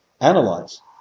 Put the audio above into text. analyze